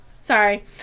Sorry